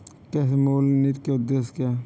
कृषि मूल्य नीति के उद्देश्य क्या है?